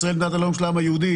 ישראל מדינת הלאום של העם היהודי,